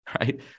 right